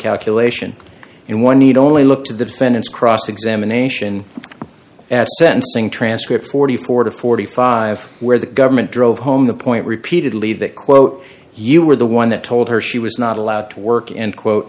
calculation and one need only look to the defendant's cross examination at sentencing transcripts forty four to forty five where the government drove home the point repeatedly that quote you were the one that told her she was not allowed to work and quote